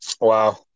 Wow